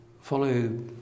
follow